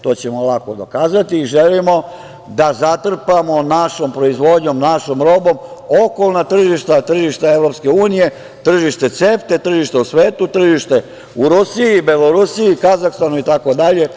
To ćemo lako dokazati i želimo da zatrpamo našom proizvodnjom, našom robom okolna tržišta, tržišta EU, tržište CEFTA-e, tržišta u svetu, tržište u Rusiji i Belorusiji, Kazahstanu itd.